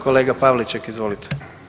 Kolega Pavliček, izvolite.